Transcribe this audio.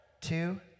two